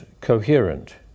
coherent